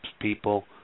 people